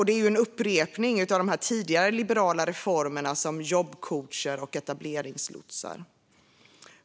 Det är ju en upprepning av tidigare liberala reformer som jobbcoacher och etableringslotsar.